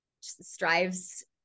strives